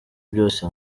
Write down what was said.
byose